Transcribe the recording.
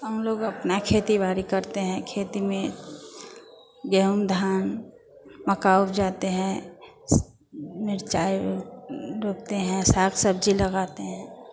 हम लोग अपनी खेती बाड़ी करते हैं खेती में गेहूँ धान मक्का उपजाते हैं स मिरचाइ रोपते हैं साग सब्ज़ी लगाते हैं